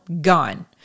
gone